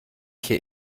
hier